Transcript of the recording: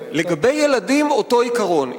לגבי ילדים אותו עיקרון.